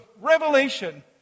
Revelation